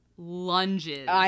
lunges